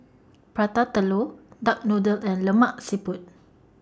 Prata Telur Duck Noodle and Lemak Siput